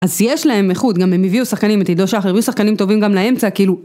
אז יש להם איכות, גם הם הביאו שחקנים את עידו שחר, הביאו שחקנים טובים גם לאמצע, כאילו...